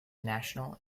national